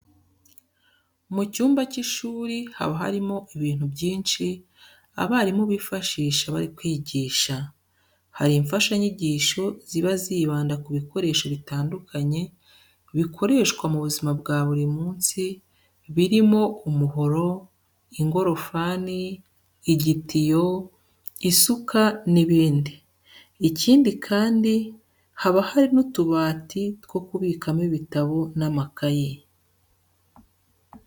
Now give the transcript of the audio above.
Mu cyumba cy'ishuri, haba harimo ibintu byinshi abarimu bifashisha bari kwigisha. Hari imfashanyigisho ziba zibanda ku bikoresho bitandukanye bikoreshwa mu buzima bwa buri munsi birimo umuhoro, ingorofani, igitiyo, isuka n'ibindi. Ikindi kandi, haba hari n'utubati two kubikamo ibitabo n'amakayi.